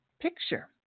picture